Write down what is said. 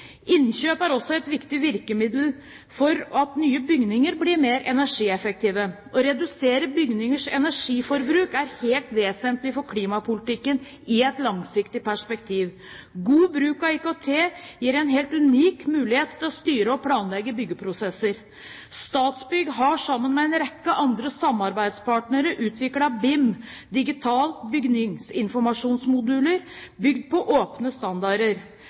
er også et viktig virkemiddel for at nye bygninger blir mer energieffektive. Å redusere bygningers energiforbruk er helt vesentlig for klimapolitikken i et langsiktig perspektiv. God bruk av IKT gir en helt unik mulighet til å styre og planlegge byggeprosesser. Statsbygg har sammen med en rekke andre samarbeidspartnere utviklet BIM, digitale bygningsinformasjonsmodeller bygd på åpne standarder.